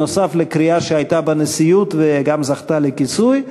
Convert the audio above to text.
בנוסף לקריאה שהייתה בנשיאות וגם זכתה לכיסוי,